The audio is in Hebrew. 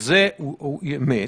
אני מחזיק את הדוח שלך, טליה, מסוף מאי.